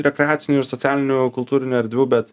rekreacinių ir socialinių kultūrinių erdvių bet